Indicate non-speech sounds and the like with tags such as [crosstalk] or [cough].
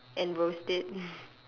and roast it [laughs]